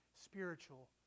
spiritual